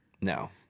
No